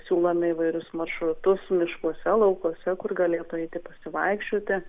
siūlome įvairius maršrutus miškuose laukuose kur galėtų eiti pasivaikščioti